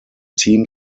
team